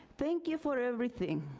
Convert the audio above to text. thank you for everything.